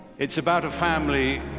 it's about a family,